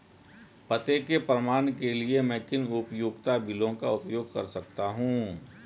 पते के प्रमाण के लिए मैं किन उपयोगिता बिलों का उपयोग कर सकता हूँ?